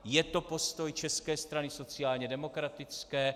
Je to postoj České strany sociálně demokratické?